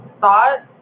thought